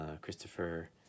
Christopher